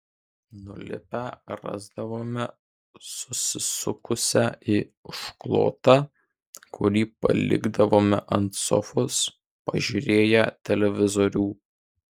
nulipę rasdavome susisukusią į užklotą kurį palikdavome ant sofos pažiūrėję televizorių